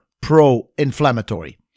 pro-inflammatory